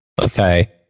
Okay